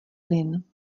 plyn